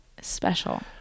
special